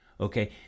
Okay